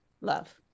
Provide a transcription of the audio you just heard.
love